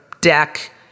deck